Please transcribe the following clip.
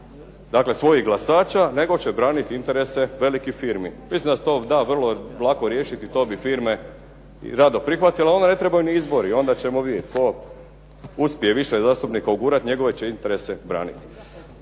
Dakle, svojih glasača nego će braniti interese velikih firmi. Mislim da se to da vrlo lako riješiti. To bi firme rado prihvatili, ali onda ne trebaju ni izbori. Onda ćemo vidjeti tko uspije više zastupnika ugurati njegove će interese braniti.